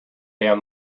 down